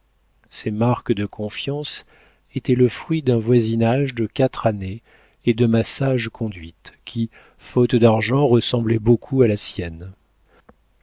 ces marques de confiance étaient le fruit d'un voisinage de quatre années et de ma sage conduite qui faute d'argent ressemblait beaucoup à la sienne